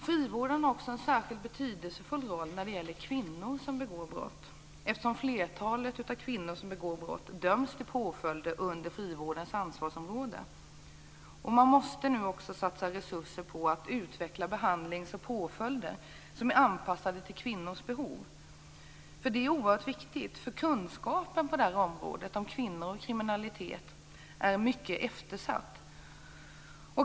Frivården har också en särskilt betydelsefull roll när det gäller kvinnor som begår brott, eftersom flertalet av de kvinnor som begår brott döms till påföljder under frivårdens ansvarsområde. Man måste nu också satsa resurser på att utveckla behandling och påföljder som är anpassade till kvinnors behov. Det är oerhört viktigt, därför att kunskapen om kvinnor och kriminalitet är mycket eftersatt.